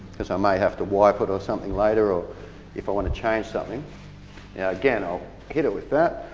because i may have to wipe it or something later, or if i want to change something. now again i'll hit it with that,